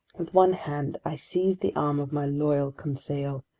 with one hand i seized the arm of my loyal conseil.